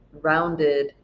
rounded